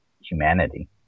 humanity